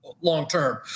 long-term